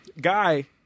Guy